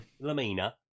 Lamina